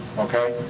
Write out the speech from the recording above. okay?